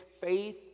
faith